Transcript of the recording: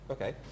Okay